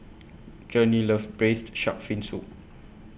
Journey loves Braised Shark Fin Soup